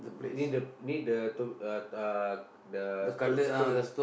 need the need the tho~ uh uh the st~ stone